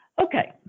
Okay